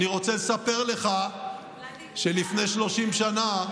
אני רוצה לספר לך שלפני 30 שנה,